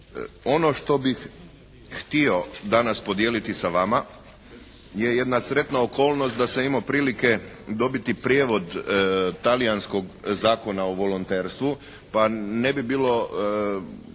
Ono što bih htio danas podijeliti sa vama je jedna sretna okolnost da am imao prilike dobiti prijevod talijanskog Zakona o volonterstvu pa ne bi bilo